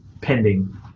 pending